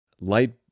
light